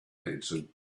answered